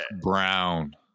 Brown